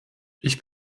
ich